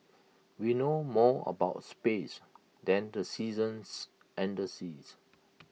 we know more about space than the seasons and the seas